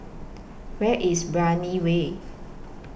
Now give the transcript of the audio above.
Where IS Brani Way